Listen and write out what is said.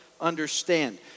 understand